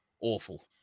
awful